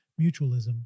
Mutualism